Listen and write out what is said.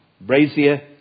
brazier